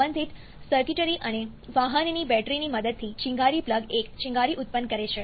સંબંધિત સર્કિટરી અને વાહનની બેટરીની મદદથી ચિનગારી પ્લગ એક ચિનગારી ઉત્પન્ન કરે છે